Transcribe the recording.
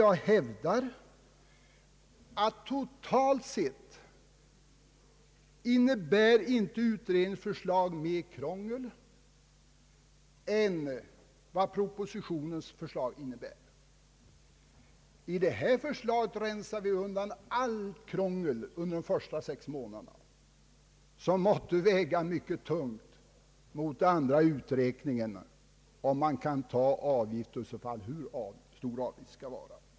Jag hävdar att utredningens förslag totalt sett inte innebär mer krångel än propositionens förslag. I vårt förslag rensar vi undan allt krångel under de första sex månaderna, vilket måste väga tungt mot de andra uträkningarna om ifall man kan ta avgift och hur stor avgiften i så fall skall vara.